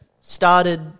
Started